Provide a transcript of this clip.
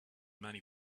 many